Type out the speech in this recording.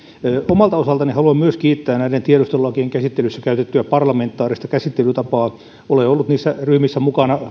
omalta osaltani haluan myös kiittää näiden tiedustelulakien käsittelyssä käytettyä parlamentaarista käsittelytapaa olen ollut niissä ryhmissä mukana